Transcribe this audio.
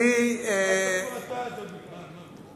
זאת הפרטה, אדוני.